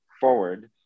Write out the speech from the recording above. forward